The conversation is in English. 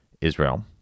Israel